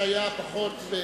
שהצליח פחות.